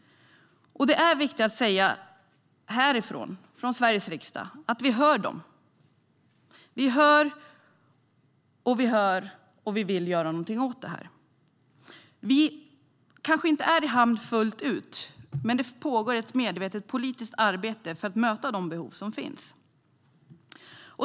Det är viktigt att härifrån, från Sveriges riksdag, säga att vi hör dem. Vi hör dem, och vi vill göra någonting åt detta. Vi kanske inte är fullt ut i hamn, men det pågår ett medvetet politiskt arbete för att möta de behov som finns.